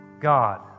God